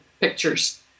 pictures